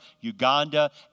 Uganda